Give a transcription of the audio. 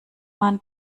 man